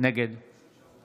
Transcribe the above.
נגד